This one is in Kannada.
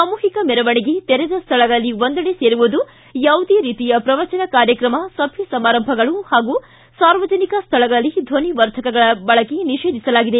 ಸಾಮೂಹಿಕ ಮೆರವಣಿಗೆ ತೆರೆದ ಸ್ಥಳಗಳಲ್ಲಿ ಒಂದೆಡೆ ಸೇರುವುದು ಯಾವುದೇ ರೀತಿಯ ಪ್ರವಚನ ಕಾರ್ಯಕ್ರಮ ಸಭೆ ಸಮಾರಂಭಗಳು ಹಾಗೂ ಸಾರ್ವಜನಿಕ ಸ್ಥಳಗಳಲ್ಲಿ ಧ್ವನಿವರ್ಧಕಗಳ ಬಳಕೆ ನಿಷೇಧಿಸಲಾಗಿದೆ